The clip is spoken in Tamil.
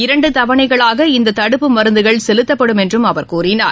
இரண்டுதவணைகளாக இந்ததடுப்பு மருந்துகள் செலுத்தப்படும் என்றும் அவர் கூறினார்